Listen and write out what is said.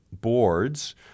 boards